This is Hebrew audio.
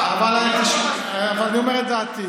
אבל אני אומר את דעתי.